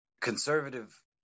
conservative